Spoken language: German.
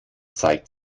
zeigt